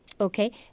Okay